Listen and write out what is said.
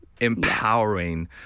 empowering